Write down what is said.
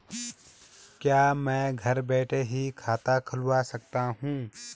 क्या मैं घर बैठे ही खाता खुलवा सकता हूँ?